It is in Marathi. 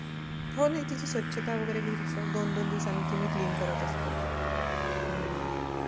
हो नाही तिची स्वच्छता वगैरे केली सर दोन दोन दिवसांनी ती मी क्लीन करत असते हं हं